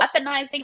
weaponizing